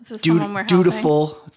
dutiful